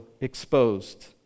exposed